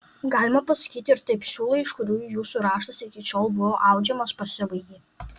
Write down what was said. galima pasakyti ir taip siūlai iš kurių jūsų raštas iki šiol buvo audžiamas pasibaigė